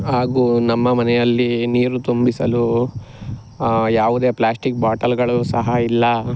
ಹಾಗೂ ನಮ್ಮ ಮನೆಯಲ್ಲಿ ನೀರು ತುಂಬಿಸಲು ಯಾವುದೇ ಪ್ಲಾಸ್ಟಿಕ್ ಬಾಟಲ್ಗಳು ಸಹ ಇಲ್ಲ